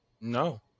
No